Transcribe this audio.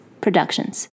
Productions